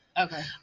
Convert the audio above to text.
Okay